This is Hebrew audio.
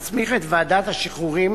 מסמיך את ועדת השחרורים